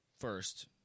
first